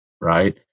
right